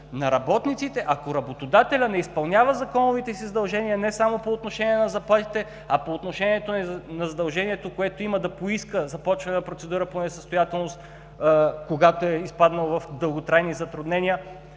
но, ако работодателят не изпълнява законовите си задължения не само по отношение на заплатите, а по отношението на задължението, което има да поиска започване на процедура по несъстоятелност, когато е изпаднал в дълготрайни затруднения,